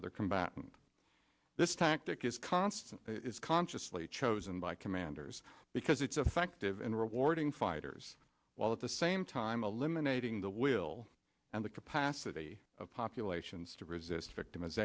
other combatant this tactic is constant it is consciously chosen by commanders because it's effective and rewarding fighters while at the same time a limb and aiding the will and the capacity of populations to resist victim